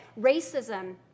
racism